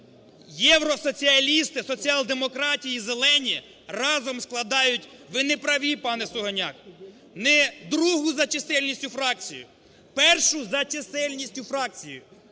євросоціалісти, соціал-демократи і зелені разом складають…. Ви не праві, пане Сугоняко, не другу за чисельністю фракцію, перше за чисельністю фракцію.